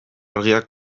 argiak